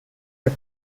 was